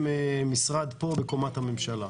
משרד בקומת הממשלה.